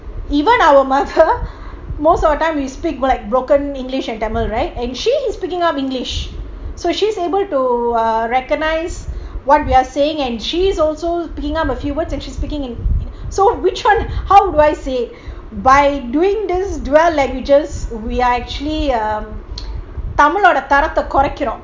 even our mother most of the time we speak like broken english and tamil right and she is picking up english so she's able to recognise ugh what we are saying and she's also picking up a few words and she's speaking in so which one how do I say by doing this dual languages we actually um தமிழோடதரத்தகொறைக்குறோம்:tamiloda tharatha koraikurom